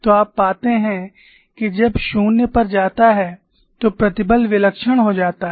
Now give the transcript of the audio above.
तो आप पाते हैं कि जब 0 पर जाता है तो प्रतिबल विलक्षण हो जाता है